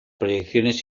proyecciones